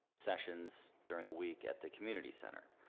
sessions during the week at the community center.